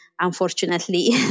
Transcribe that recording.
unfortunately